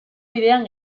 bidean